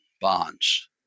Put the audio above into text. Bonds